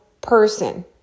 person